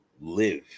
live